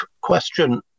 question